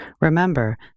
Remember